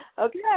Okay